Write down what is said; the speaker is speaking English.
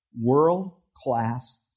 world-class